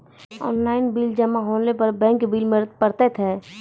Online bill जमा होने पर बैंक बिल पड़तैत हैं?